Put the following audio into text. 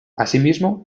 asimismo